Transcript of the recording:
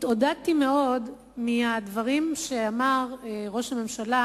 התעודדתי מאוד מהדברים שאמר ראש הממשלה